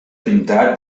pintat